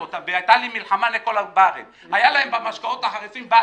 הסכם שאוסר עליי להתחרות ואסור לעשות הסכם שמחייב אותי